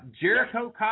Jericho